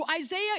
Isaiah